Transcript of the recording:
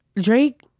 drake